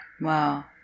Wow